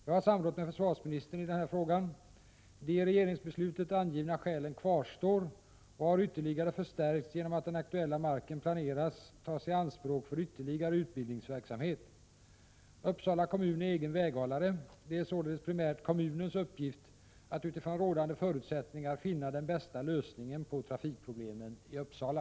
Jag har samrått med försvarsministern i denna fråga. De i regeringsbeslutet angivna skälen kvarstår och har förstärkts genom att den aktuella marken planeras att tas i anspråk för ytterligare utbildningsverksamhet. Uppsala kommun är egen väghållare. Det är således primärt kommunens uppgift att utifrån rådande förutsättningar finna den bästa lösningen på trafikproblemen i Uppsala.